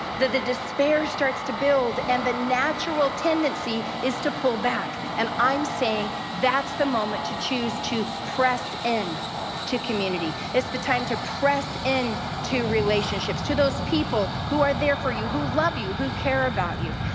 the the despair starts to build, and the natural tendency is to pull back, and i'm saying that's the moment to choose to press in to community. it's the time to press in to relationships, to those people who are there for you, who love you, who care about you.